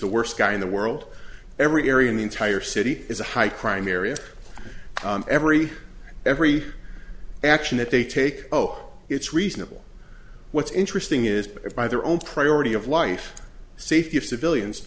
the worst guy in the world every area in the entire city is a high crime area every every action that they take oh it's reasonable what's interesting is that by their own priority of life safety of civilians